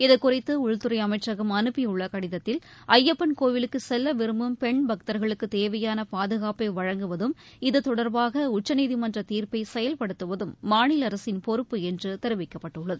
இது குறித்து உள்துறை அமைச்சகம் அனுப்பியுள்ள கடிதத்தில் ஐயப்பள் கோவிலுக்கு செல்ல விரும்பும் பெண் பக்தர்களுக்கு தேவையான பாதுகாப்பை வழங்குவதும் இது தொடர்பாக உச்சநீதிமன்ற தீர்ப்பை செயல்படுத்துவதும் மாநில அரசின் பொறுப்பு என்று தெரிவிக்கப்பட்டுள்ளது